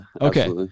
Okay